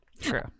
True